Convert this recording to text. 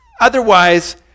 otherwise